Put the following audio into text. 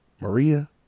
Maria